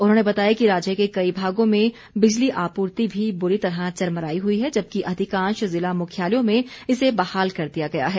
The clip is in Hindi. उन्होंने बताया कि राज्य के कई भागों में बिजली आपूर्ति भी बुरी तरह चरमराई हुई है जबकि अधिकांश जिला मुख्यालयों में इसे बहाल कर दिया गया है